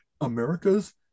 America's